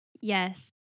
Yes